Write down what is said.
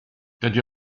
dydy